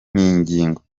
n’ingingo